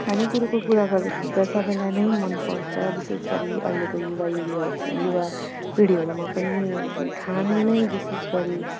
खाने कुरोको कुरा गर्दाखेरि त सबलाई नै मन पर्छ विशेष गरी अहिलेको युवा युवतीहरू युवा पिँढीहरूमा पनि खानु नै विशेष गरी